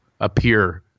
appear